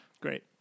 Great